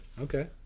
Okay